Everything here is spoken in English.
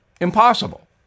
impossible